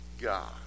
God